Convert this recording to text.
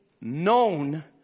known